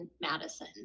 Madison